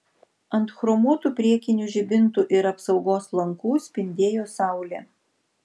ant chromuotų priekinių žibintų ir apsaugos lankų spindėjo saulė